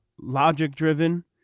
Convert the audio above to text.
logic-driven